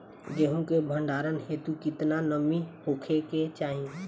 गेहूं के भंडारन हेतू कितना नमी होखे के चाहि?